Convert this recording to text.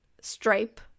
stripe